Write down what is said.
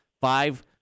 five